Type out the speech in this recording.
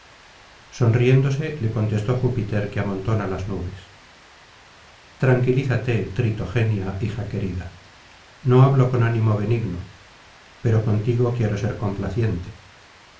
sonriéndose le contestó júpiter que amontona las nubes tranquilízate tritogenia hija querida no hablo con ánimo benigno pero contigo quiero ser complaciente